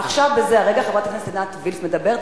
עכשיו חברת הכנסת עינת וילף מדברת.